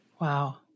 Wow